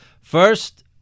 First